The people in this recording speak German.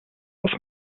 was